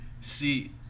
see